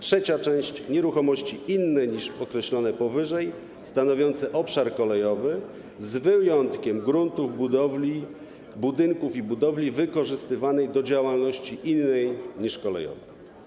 Trzecia część to nieruchomości inne niż określone powyżej, stanowiące obszar kolejowy, z wyjątkiem gruntów, budynków i budowli wykorzystywanych do prowadzenia działalności innej niż kolejowa.